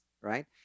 right